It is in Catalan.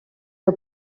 que